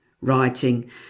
writing